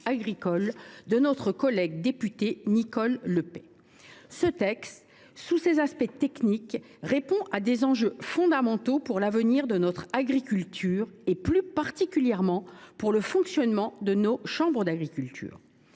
de notre collègue députée Nicole Le Peih. Ce texte, au delà de ses aspects techniques, répond à des enjeux fondamentaux pour l’avenir de notre agriculture et, plus particulièrement, pour le fonctionnement de nos chambres d’agriculture.